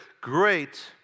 great